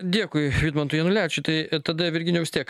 dėkui vidmantui janulevičiui tai tada virginijau vis tiek